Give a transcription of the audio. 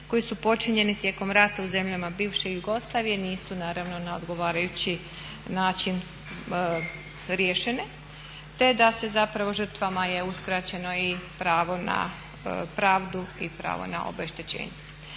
koji su počinjeni tijekom rata u zemljama bivše Jugoslavije nisu naravno na odgovarajući način riješene. Te da se zapravo žrtvama je uskraćeno i pravo na pravdu i pravo na obeštećenje.